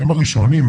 הם הראשונים,